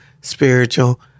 spiritual